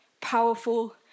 powerful